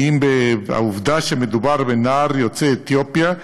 האם העובדה שמדובר בנער יוצא אתיופיה,